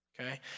Okay